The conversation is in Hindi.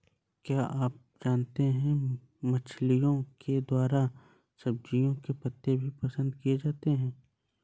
क्या आप जानते है मछलिओं के द्वारा सब्जियों के पत्ते भी पसंद किए जाते है